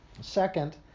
Second